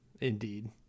Indeed